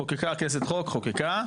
חוקקה הכנסת חוק, חוקקה.